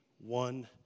one